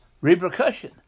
repercussion